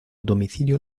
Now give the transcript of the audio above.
domicilio